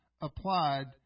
applied